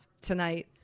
tonight